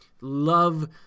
Love